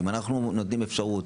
אם אנחנו נותנים אפשרות